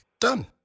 Done